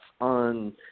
on